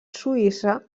suïssa